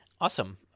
awesome